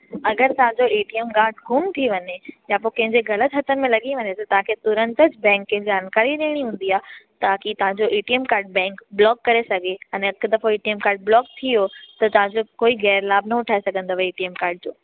अगरि तव्हांजो A T M card गुम थी वञे त पोइ केहिंजे ग़लति हथनि में लगी वञे त तव्हांखे तुरंतु ज बैंक खे जानकारी ॾियणी हूंदी आहे ताकि तव्हांजो A T M card bank block करे सघे अने हिक दफो A T M card block थी वियो त तव्हांजो कोई गैर लाभ न उठाय सघंदव ए टी एम काड जो